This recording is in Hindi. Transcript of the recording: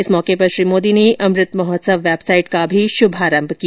इस मौके पर श्री मोदी ने अमृत महोत्सव वेबसाइट का भी शुभारंभ किया